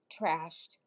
trashed